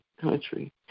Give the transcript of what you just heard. country